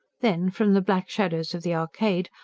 then, from the black shadows of the arcade,